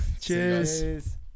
cheers